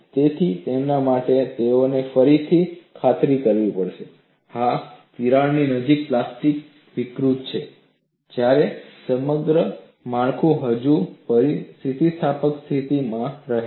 તેથી તેમના માટે તેઓએ ફરીથી ખાતરી કરવી પડશે હા તિરાડોની નજીક પ્લાસ્ટિક વિકૃતિ છે જ્યારે સમગ્ર માળખું હજુ પણ સ્થિતિસ્થાપક સ્થિતિમાં રહે છે